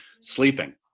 sleeping